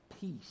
peace